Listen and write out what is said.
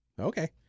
Okay